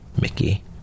Mickey